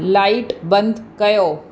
light बंदि कयो